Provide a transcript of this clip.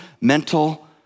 mental